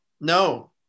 No